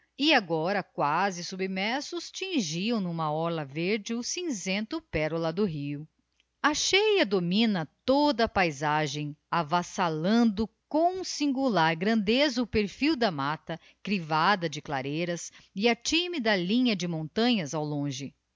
agora quasi submersos tingiam n'uma orla verde o cinzento pérola do rio a cheia domina toda apaizagem avassallando com singular grandeza o perfil da maíta crivada de clareiras e a timida linha de montanhas ao longe